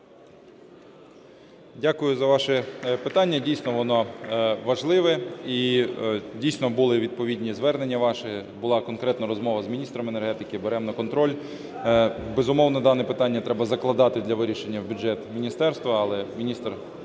Дякую за ваше питання, дійсно воно важливе. І дійсно було відповідне звернення ваше, була конкретна розмова з міністром енергетики. Беремо на контроль. Безумовно, дане питання треба закладати для вирішення в бюджет міністерства, але міністр